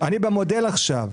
אני במודל עכשיו,